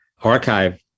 archive